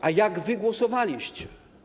A jak wy głosowaliście?